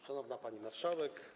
Szanowna Pani Marszałek!